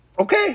Okay